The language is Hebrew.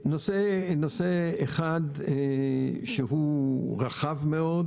נושא אחד שהוא רחב מאוד